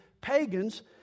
pagans